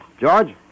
George